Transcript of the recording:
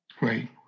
right